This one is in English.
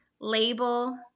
label